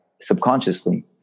subconsciously